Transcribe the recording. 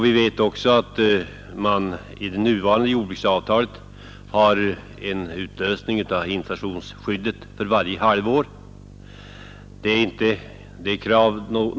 Vi vet Torsdagen den också att det nuvarande jordbruksavtalet har en utlösning av inflations 6 april 1972 skyddet för varje halvår.